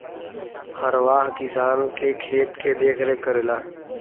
हरवाह किसान के खेत के देखरेख रखेला